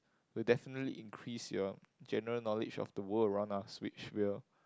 will definitely increase your general knowledge of the world why not switch here